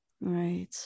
Right